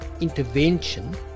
intervention